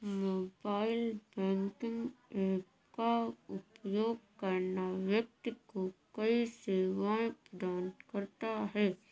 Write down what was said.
mobile banking app का उपयोग करना व्यक्ति को कई सेवाएं प्रदान करता है